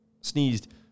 sneezed